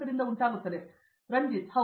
ರಂಜಿತ್ ಹೌದು